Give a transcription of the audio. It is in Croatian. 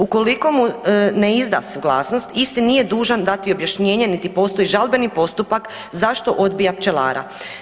Ukoliko mu ne izda suglasnost, isti nije dužan dati objašnjenje niti postoji žalbeni postupak zašto odbija pčelara.